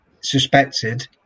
suspected